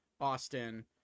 austin